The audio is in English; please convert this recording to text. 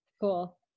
Cool